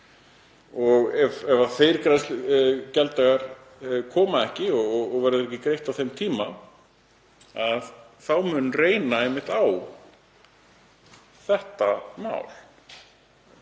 2044. Ef þeir gjalddagar koma ekki og það verður ekki greitt á þeim tíma þá mun reyna einmitt á þetta mál,